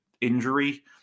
injury